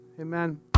Amen